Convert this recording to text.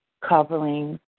covering